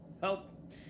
Help